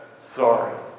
Sorry